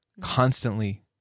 constantly